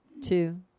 two